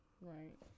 right